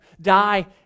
die